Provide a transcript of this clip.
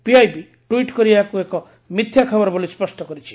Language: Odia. ପିଆଇବି ଟ୍ୱିଟ୍ କରି ଏହାକୁ ଏକ ମିଥ୍ୟା ଖବର ବୋଲି ସ୍ୱଷ୍ଟ କରିଛି